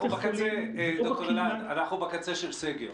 אנחנו בקצה של סגר.